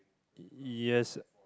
yes